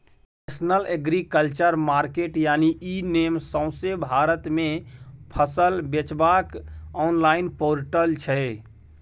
national agriculture market यानी e NAM सौंसे भारत मे फसल बेचबाक आनलॉइन पोर्टल छै